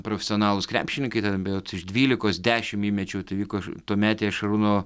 profesionalūs krepšininkai ten berods iš dvylikos dešimt įmečiau tai vyko šr tuometėje šarūno